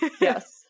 Yes